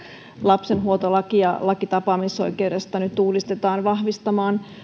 lapsenhuoltolaki ja laki tapaamisoikeudesta nyt uudistetaan vahvistamaan